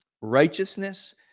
Righteousness